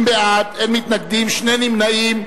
50 בעד, אין מתנגדים, שני נמנעים.